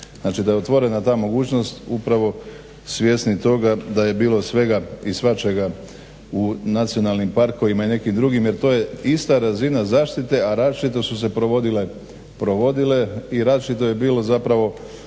Znači da je otvorena ta mogućnost upravo svjesni toga da je bilo svega i svačega u nacionalnim parkovima i nekim drugim, jer to je ista razina zaštite a različito su se provodile i različito je bilo zapravo